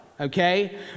Okay